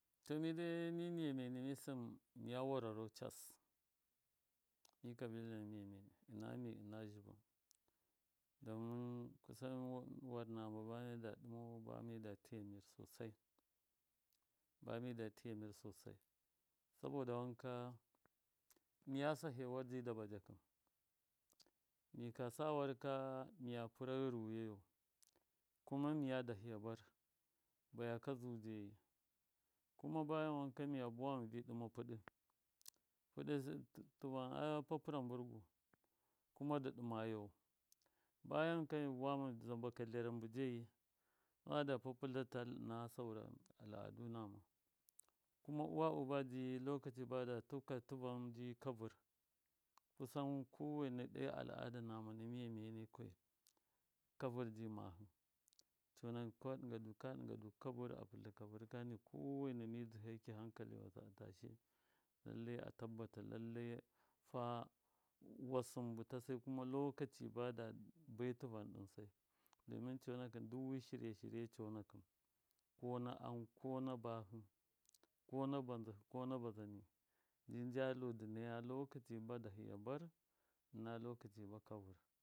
To mi dai mi miye miyeni miya wararo cas ɨna mi ɨna zhɨbɨn domin kusa war nama ba mida ɗɨmau ba mida tiya mir sosai ba mida tiya mir sosai saboda wanka miya sahiya war ji dabaja mika sa warka miya pɨra ghɨruwiyayo kuma miga dahɨya bar bayaka zuu geyi kuma bayan wanka miya buwa mibi ɗɨma puɗɨ pɨɗɨ tɨva a papɨra mburgu kuma dɨ ɗɨma yoo bayan wanka mi buwama zaba dlarambɨ jeyi bada papɨtla tal ɨna saura al. adu nama. kuma uwa uba ji lokaci bada tuka tɨvan ji kavɨr kusan kowena ɗe al. ada nama na miyemiyeni kavɨr ji mahɨ conakɨn ka ɗɨnga du kwa ɗɨnga du kavɨr a pɨdla kavɨr kani kowena midzɨheki han kali wasɨ a tashe lallai atabbata lallai fa wasɨn bɨta sai kuma lokaci ba dabi bai tɨvan ɗɨnsai domin conakɨn duk wi shirya shirye conakɨn ko na am ko na bahɨ ko na bandzɨhɨ ko na bazani nji njalu dɨ naya lokaci na dahiya bar ɨna lokaci ba kavɨr.